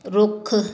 ਰੁੱਖ